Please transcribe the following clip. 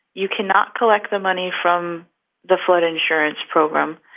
you cannot collect the money from the flood insurance program,